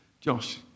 Josh